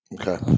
Okay